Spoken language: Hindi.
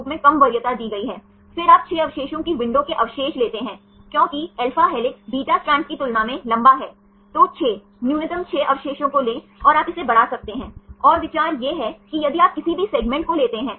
Phi का अर्थ है N Cα के साथ घुमाव इसका मतलब है 2 प्लेन हैं सही एक प्लेन से CN Cα से और N Cα C दूसरे प्लेन से हैं और उन 2 प्लेन के बीच घूमने से ही वे Phi कोण बनते हैं